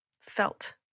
felt